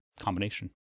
combination